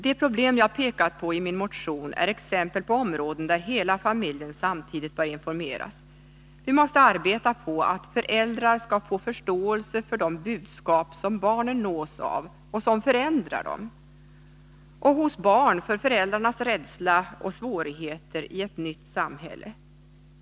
De problem jag pekat på i min motion är exempel på områden där hela familjen samtidigt bör informeras. Vi måste arbeta på att föräldrar skall få förståelse för de budskap som barnen nås av och som förändrar dem och på att barn skall få förståelse för föräldrarnas rädsla och svårigheter i ett nytt samhälle.